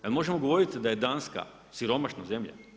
Jel' možemo govoriti da je Danska siromašna zemlja?